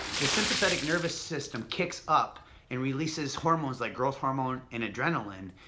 the sympathetic nervous system kicks up and releases hormones like growth hormone and adrenaline,